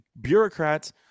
bureaucrats